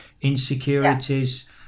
insecurities